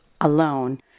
alone